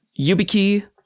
YubiKey